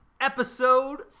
Episode